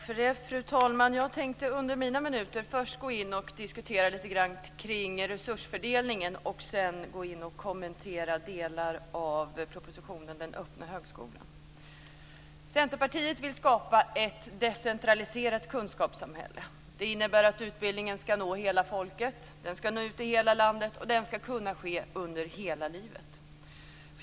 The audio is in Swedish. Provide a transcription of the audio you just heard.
Fru talman! Jag tänkte under mina minuter först diskutera resursfördelningen och sedan kommentera delar av propositionen Den öppna högskolan. Centerpartiet vill skapa ett decentraliserat kunskapssamhälle. Det innebär att utbildningen ska nå hela folket. Den ska nå ut i hela landet. Utbildning ska kunna ske under hela livet.